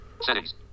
Settings